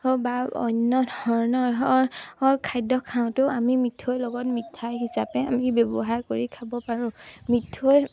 বা অন্য ধৰণৰ খাদ্য খাওঁতেও আমি মিঠৈৰ লগত মিঠাই হিচাপে আমি ব্যৱহাৰ কৰি খাব পাৰোঁ মিঠৈ